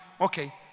okay